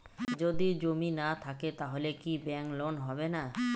যদি জমি না থাকে তাহলে কি ব্যাংক লোন হবে না?